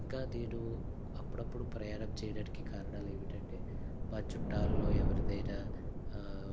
ఇంకా నేను అప్పుడప్పుడు ప్రయాణం చేయడానికి కారణలేమిటంటే మా చుట్టాల్లో ఎవరిదైనా